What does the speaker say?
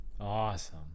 Awesome